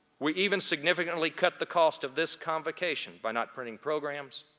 we even significantly cut the cost of this convocation by not printing programs,